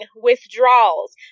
withdrawals